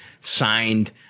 signed